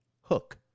Hook